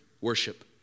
worship